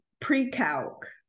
pre-calc